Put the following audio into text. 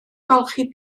golchi